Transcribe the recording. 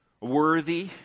worthy